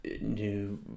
new